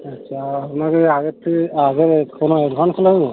আচ্ছা আপনাদের আগের থেকে আগের কোনো অ্যাডভান্স লাগবে